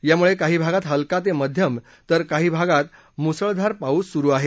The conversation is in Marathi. यामुळे काही भागात हलका ते मध्यम तर काही भागात मुसळधार पाऊस सुरु आहे